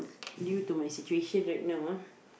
due to my situation right now ah